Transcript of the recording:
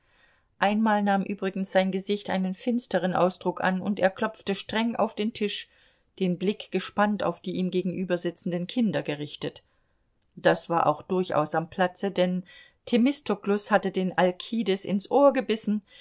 einmal nahm übrigens sein gesicht einen finsteren ausdruck an und er klopfte streng auf den tisch den blick gespannt auf die ihm gegenübersitzenden kinder gerichtet das war auch durchaus am platze denn themistoklus hatte den alkides ins ohr gebissen